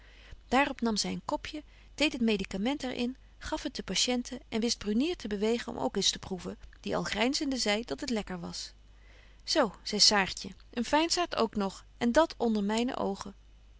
op nam zy een kopje deedt het medicament er in gaf het de patiente en wist brunier te bewegen om ook eens te proeven die al grynzende zei dat het lekker was zo zei saartje een veinsaart ook nog en dat onder myne oogen